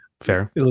fair